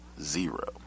zero